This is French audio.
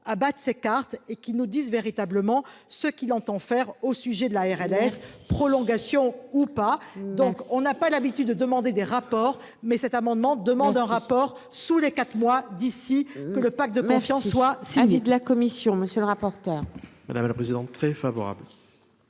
abattre ses cartes et qui nous disent véritablement ce qu'il entend faire au sujet de la RLS prolongation ou pas, donc on n'a pas l'habitude de demander des rapports, mais cet amendement demande un rapport sous les 4 mois d'ici que le pacte de confiance, soit de